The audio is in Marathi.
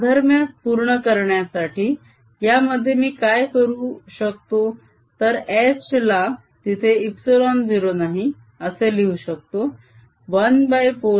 साधर्म्य पूर्ण करण्यासाठी या मध्ये मी काय करू शकतो तर H ला तिथे ε0 नाही असे लिहू शकतो